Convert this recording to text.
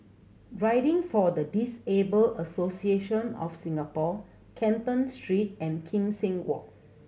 Riding for the Disabled Association of Singapore Canton Street and Kim Seng Walk